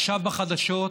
עכשיו בחדשות,